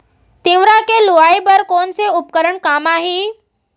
तिंवरा के लुआई बर कोन से उपकरण काम आही?